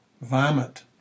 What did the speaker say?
vomit